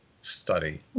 study